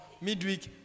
midweek